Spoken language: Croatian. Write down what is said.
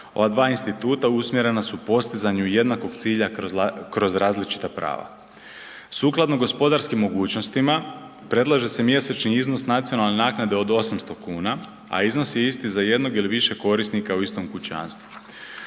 Ova dva instituta usmjerena su postizanju jednakog cilja kroz različita prava. Sukladno gospodarskim mogućnostima, predlaže se mjesečni iznos nacionalne naknade od 800 kuna, a iznos je isti za jednog ili više korisnika u istom kućanstvu.